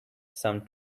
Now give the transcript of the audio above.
some